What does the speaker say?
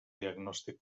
diagnòstic